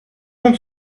monde